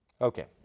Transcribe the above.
Okay